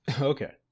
Okay